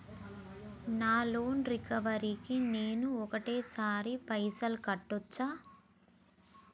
నా loan recovery కి నేను ఒకటేసరి పైసల్ కట్టొచ్చా?